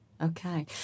Okay